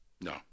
No